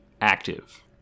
active